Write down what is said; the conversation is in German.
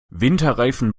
winterreifen